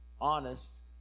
honest